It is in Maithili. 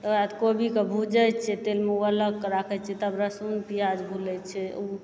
तकर बाद कोबीके भुजै छियै तेल मे ओ अलग कऽ राखै छियै तब लहसून प्याज भुनै छियै ओ